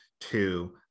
to-